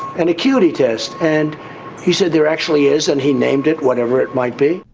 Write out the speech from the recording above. an acuity test? and he said, there actually is, and he named it, whatever it might be.